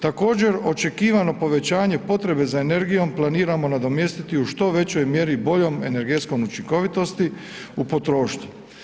Također očekivano povećanje potrebe za energijom planiramo nadomjestiti u što većoj mjeri boljom energetskom učinkovitosti u potrošnji.